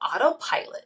autopilot